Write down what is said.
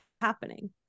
happening